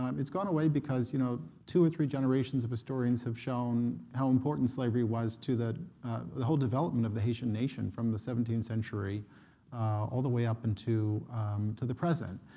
um it's gone away because you know two or three generations of historians have shown how important slavery was to the the whole development of the haitian nation from the seventeenth century all the way up into the present.